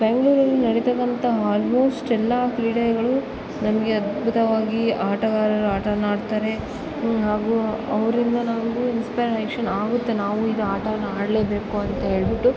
ಬೆಂಗ್ಳೂರಲ್ಲಿ ನಡೆತಕ್ಕಂತಹ ಹಾಲ್ಮೋಸ್ಟ್ ಎಲ್ಲ ಕ್ರೀಡೆಗಳು ನಮಗೆ ಅದ್ಭುತವಾಗಿ ಆಟಗಾರರು ಆಟ ಆಡ್ತಾರೆ ಹಾಗು ಅವರಿಂದ ನಾವು ಇನ್ಸ್ಪೆರೇಶನ್ ಆಗುತ್ತೆ ನಾವು ಈಗ ಆಟ ಆಡಲೇಬೇಕು ಅಂತ ಹೇಳಿಬಿಟ್ಟು